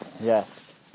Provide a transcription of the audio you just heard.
Yes